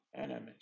enemies